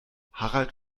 harald